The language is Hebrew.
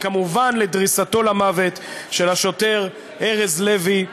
וכמובן לדריסתו למוות של השוטר ארז לוי,